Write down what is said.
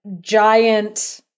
giant